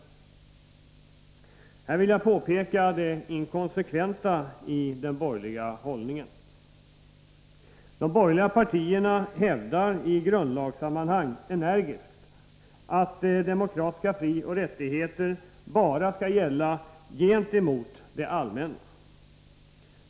Här vill jag peka på det inkonsekventa i den borgerliga hållningen. De borgerliga partierna hävdar i grundlagssammanhang energiskt att demokratiska frioch rättigheter bara skall gälla ”gentemot det allmänna”.